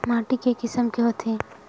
माटी के किसम के होथे?